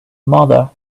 mother